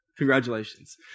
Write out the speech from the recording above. Congratulations